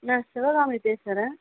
நான் சிவகாமி பேசுகிறேன்